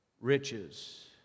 riches